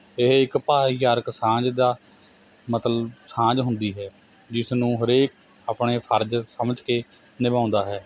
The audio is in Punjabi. ਇਹ ਇੱਕ ਭਾਈਚਾਰਕ ਸਾਂਝ ਦਾ ਮਤਲਬ ਸਾਂਝ ਹੁੰਦੀ ਹੈ ਜਿਸਨੂੰ ਹਰੇਕ ਆਪਣੇ ਫਰਜ਼ ਸਮਝ ਕੇ ਨਿਭਾਉਂਦਾ ਹੈ